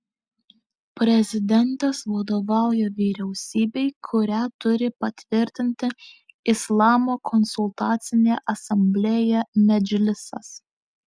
prezidentas vadovauja vyriausybei kurią turi patvirtinti islamo konsultacinė asamblėja medžlisas